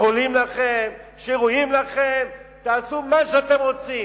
מחולים לכם, שרויים לכם, תעשו מה שאתם רוצים.